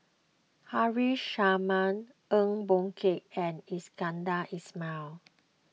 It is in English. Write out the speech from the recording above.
Haresh Sharma Eng Boh Kee and Iskandar Ismail